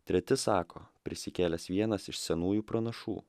treti sako prisikėlęs vienas iš senųjų pranašų